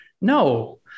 No